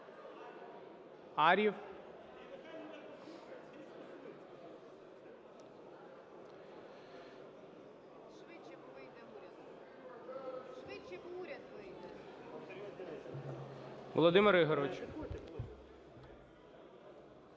Ар'єв Володимир Ігоревич.